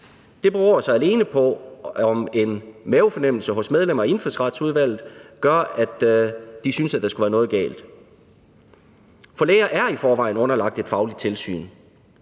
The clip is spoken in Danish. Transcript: Det beror så alene på, om en mavefornemmelse hos medlemmer af Indfødsretsudvalget gør, at de synes, at der skulle være noget galt. For læger er i forvejen underlagt et fagligt tilsyn.